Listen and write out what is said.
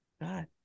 God